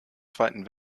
zweiten